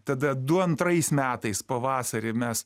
tada du antrais metais pavasarį mes